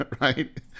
right